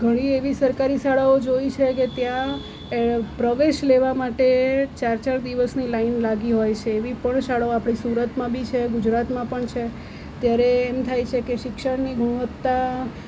ઘણી એવી સરકારી શાળાઓ જોઈ છે કે ત્યાં પ્રવેશ લેવા માટે ચાર ચાર દિવસની લાઈન લાગી હોય છે એવી પણ શાળાઓ આપણા સુરતમાં બી છે ગુજરાતમાં પણ છે ત્યારે એમ થાય છે કે શિક્ષણની ગુણવત્તા